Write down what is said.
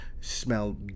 smell